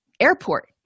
airport